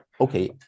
okay